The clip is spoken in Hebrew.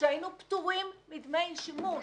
שהיינו פטורים מדי שימוש,